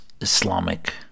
Islamic